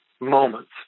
moments